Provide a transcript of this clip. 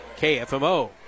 KFMO